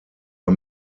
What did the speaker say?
are